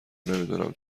نمیدونم